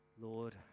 Lord